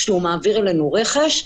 כשהוא מעביר אלינו רכש,